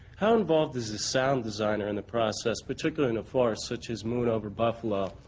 how involved is a sound designer in the process, particularly in a farce such as moon over buffalo,